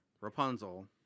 Rapunzel